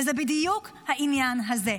וזה בדיוק העניין הזה.